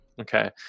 Okay